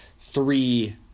three